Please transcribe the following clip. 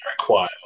require